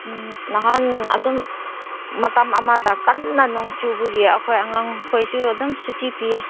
ꯎꯝ ꯅꯍꯥꯟ ꯑꯗꯨꯝ ꯃꯇꯝ ꯑꯃꯗ ꯀꯟꯅ ꯅꯣꯡ ꯆꯨꯕꯒꯤ ꯑꯩꯈꯣꯏ ꯑꯉꯥꯡꯈꯣꯏꯁꯨ ꯑꯗꯨꯝ ꯁꯨꯇꯤ ꯄꯤꯌꯦ